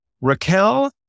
Raquel